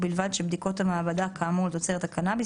ובלבד שבדיקות המעבדה כאמור לתוצרת הקנאביס